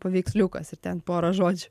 paveiksliukas ir ten pora žodžių